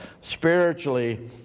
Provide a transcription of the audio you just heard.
spiritually